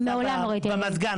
מעולם לא ראיתי --- הוא נמצא במזגן,